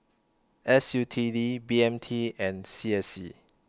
S U T D B M T and C S C